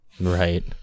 Right